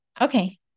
okay